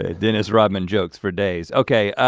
ah dennis rodman jokes for days. okay,